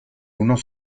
unos